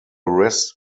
rest